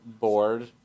bored